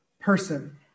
person